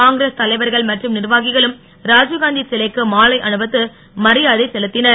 காங்கிரஸ் தலைவர்கள் மற்றும் நிர்வாகிகளும் ராஜீவ்காந்தி சிலைக்கு மாலை அணிவித்து மரியாதை செலுத்தினர்